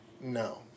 no